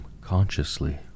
consciously